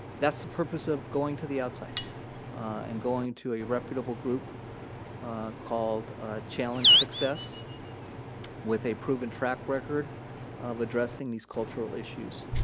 that's the purpose of going to the outside and going to a reputable group called challenge success with a proven track record of addressing these cultural issues.